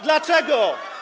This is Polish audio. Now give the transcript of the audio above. Dlaczego?